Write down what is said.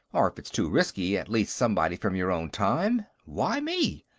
or, if it's too risky, at least somebody from your own time? why me?